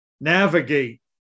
navigate